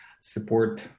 support